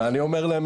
ואני אומר להם,